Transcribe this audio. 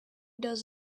does